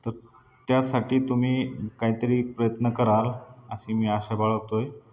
तर त्यासाठी तुम्ही काहीतरी प्रयत्न कराल अशी मी आशा बाळगतो आहे